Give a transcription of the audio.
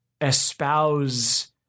espouse